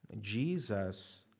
Jesus